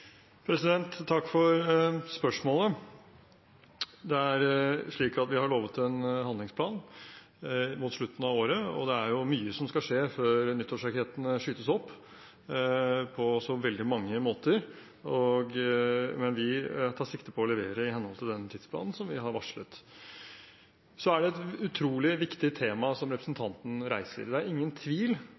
Takk for spørsmålet. Vi har lovet en handlingsplan mot slutten av året. Det er jo mye som skal skje før nyttårsrakettene skytes opp – på så veldig mange måter – men jeg tar sikte på å levere i henhold til den tidsplanen som vi har varslet. Det er et utrolig viktig tema representanten reiser. Det er ingen tvil